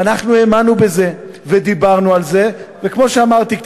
ואנחנו האמנו בזה, ודיברנו על זה, וכמו שאמרתי,